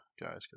guys